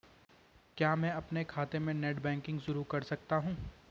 क्या मैं अपने खाते में नेट बैंकिंग शुरू कर सकता हूँ?